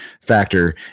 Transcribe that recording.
factor